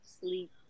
Sleep